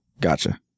Gotcha